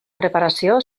preparació